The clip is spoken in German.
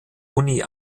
uni